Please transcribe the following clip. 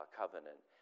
covenant